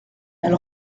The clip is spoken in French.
elle